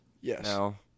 Yes